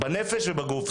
בנפש ובגוף.